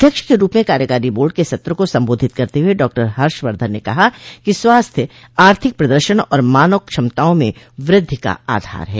अध्यक्ष के रूप में कार्यकारी बोर्ड के सत्र को सम्बोधित करते हुए डॉक्टर हर्षवर्धन ने कहा कि स्वास्थ्य आर्थिक प्रदर्शन और मानव क्षमताओं में वृद्धि का आधार है